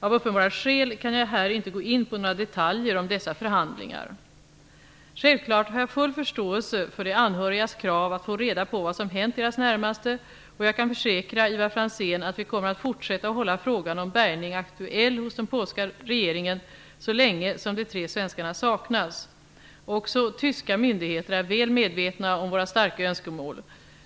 Av uppenbara skäl kan jag inte här gå in på några detaljer om dessa förhandlingar. Självklart har jag full förståelse för de anhörigas krav att få reda på vad som hänt deras närmaste, och jag kan försäkra Ivar Franzén att vi kommer att fortsätta att hålla frågan om bärgning aktuell hos den polska regeringen så länge som de tre svenskarna saknas. Också tyska myndigheter är väl medvetna om våra starka önskemål.